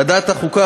ועדת החוקה,